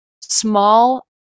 Small